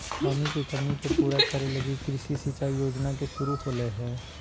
पानी के कमी के पूरा करे लगी कृषि सिंचाई योजना के शुरू होलय हइ